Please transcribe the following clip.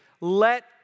Let